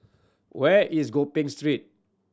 where is Gopeng Street